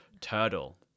Turtle